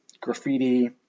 graffiti